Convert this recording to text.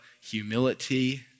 humility